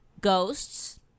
ghosts